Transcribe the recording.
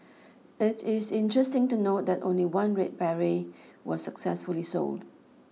it is interesting to note that only one red beret was successfully sold